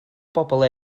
bobl